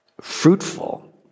fruitful